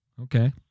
Okay